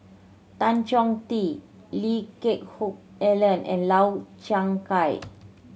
Tan Chong Tee Lee Geck Hoon Ellen and Lau Chiap Khai